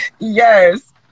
Yes